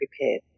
prepared